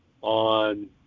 on